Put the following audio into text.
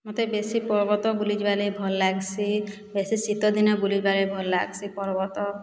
ମତେ ବେଶୀ ପର୍ବତ ବୁଲିଯିବାର୍ ଲାଗି ଭଲ୍ ଲାଗ୍ସି ବେଶୀ ଶୀତଦିନେ ବୁଲିବାରେ ଭଲ୍ ଲାଗ୍ସି ପର୍ବତ